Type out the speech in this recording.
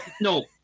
no